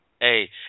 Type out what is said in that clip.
Hey